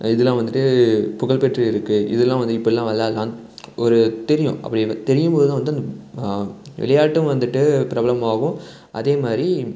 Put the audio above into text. இதெலாம் வந்துட்டு புகழ் பெற்று இருக்குது இதெலாம் வந்து இப்புடிலாம் விளாட்லாம்னு ஒரு தெரியும் அப்படி தெரியும்போது தான் வந்து விளையாட்டும் வந்துட்டு பிரபலமாகும் அதேமாதிரி